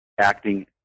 acting